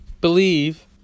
believe